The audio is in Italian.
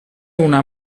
una